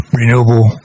renewable